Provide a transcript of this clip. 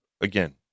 again